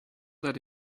that